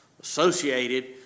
associated